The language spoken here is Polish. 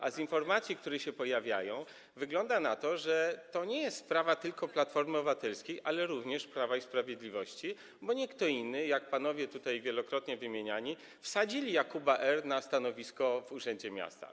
A z informacji które się pojawiają, wygląda na to, że to nie jest sprawa tylko Platformy Obywatelskiej, ale również Prawa i Sprawiedliwości, bo nie kto inny jak panowie tutaj wielokrotnie wymieniani wsadzili Jakuba R. na stanowisko w urzędzie miasta.